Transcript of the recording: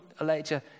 Elijah